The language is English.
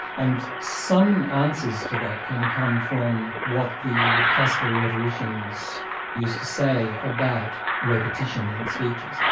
and some answers to that can come from what the classical rhetoricians used to say about repetition in speeches.